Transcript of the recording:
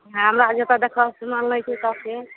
हँ हमरा जतऽ देखल सुनल नहि छै ततै